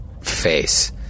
Face